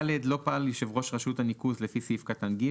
סעיף (ד): (ד)לא פעל יושב ראש רשות הניקוז לפי סעיף קטן (ג),